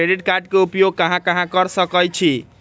Credit card के उपयोग कहां कहां कर सकईछी?